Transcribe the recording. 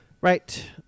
Right